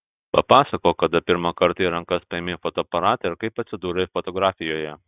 papasakok kada pirmą kartą į rankas paėmei fotoaparatą ir kaip atsidūrei fotografijoje